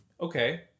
Okay